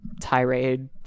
tirade